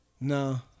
No